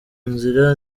nzira